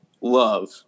love